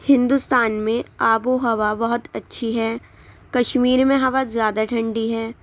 ہندوستان میں آب و ہوا بہت اچھی ہے کشمیر میں ہوا زیادہ ٹھنڈی ہے